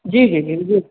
जी जी जी जी